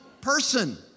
person